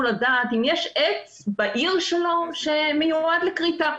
רוצה לדעת אם יש עץ בעיר שלו שמיועד לכריתה.